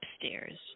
upstairs